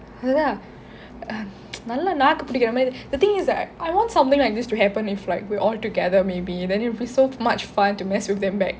அதான் நல்ல நாக்கே புடுங்குற மாறி:athaan nalla naake pudungura maari the thing is that I want something like this to happen if like we are all together maybe then it will be so much fun to mess with them back